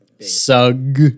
sug